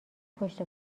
پشت